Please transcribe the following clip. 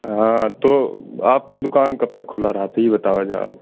हाँ तो आपका दुकान कब तक खुला रहता यह बताओ जरा